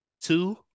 Two